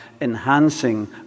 enhancing